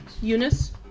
Eunice